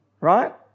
Right